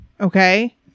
okay